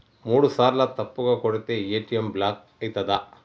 మూడుసార్ల తప్పుగా కొడితే ఏ.టి.ఎమ్ బ్లాక్ ఐతదా?